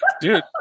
dude